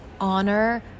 honor